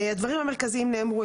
הדברים המרכזיים נאמרו.